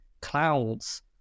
clouds